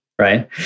right